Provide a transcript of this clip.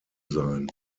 sein